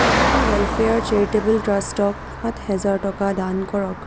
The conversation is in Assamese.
হিউমেন ৱেলফেয়াৰ চেৰিটেবল ট্ৰাষ্টক সাত হাজাৰ টকা দান কৰক